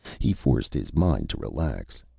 he forced his mind to relax.